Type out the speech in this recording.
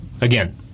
again